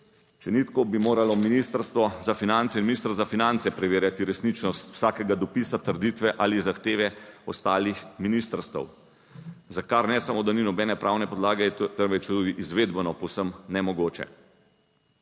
Če ni tako, bi moralo ministrstvo za finance in minister za finance preverjati resničnost vsakega dopisa, trditve ali zahteve ostalih ministrstev, za kar ne samo, da ni nobene pravne podlage, temveč tudi izvedbeno povsem nemogoče.